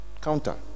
Counter